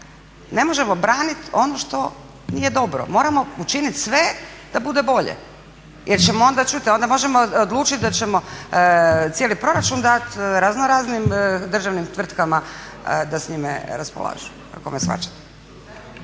ne možemo braniti ono što nije dobro. Moramo učiniti sve da bude bolje jer ćemo onda, čujte onda možemo odlučiti da ćemo cijeli proračun dati razno raznim državnim tvrtkama da s njime raspolažu. Ako me shvaćate.